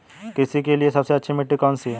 कृषि के लिए सबसे अच्छी मिट्टी कौन सी है?